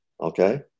okay